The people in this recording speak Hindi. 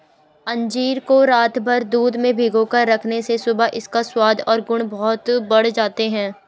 अंजीर को रातभर दूध में भिगोकर रखने से सुबह इसका स्वाद और गुण बहुत बढ़ जाते हैं